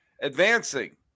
Advancing